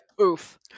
oof